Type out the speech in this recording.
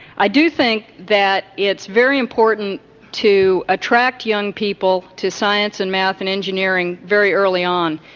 i do think that it's very important to attract young people to science and maths and engineering very early on.